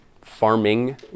farming